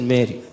Mary